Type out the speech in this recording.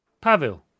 Pavel